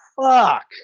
fuck